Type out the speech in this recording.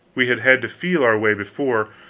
we had had to feel our way before,